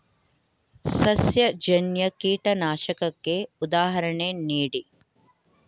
ಸಸ್ಯಜನ್ಯ ಕೀಟನಾಶಕಕ್ಕೆ ಉದಾಹರಣೆ ನೀಡಿ?